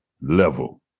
level